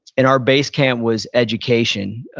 and our base camp was education.